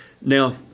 Now